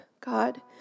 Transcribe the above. God